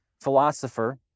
philosopher